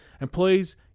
Employees